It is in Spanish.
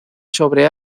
sobre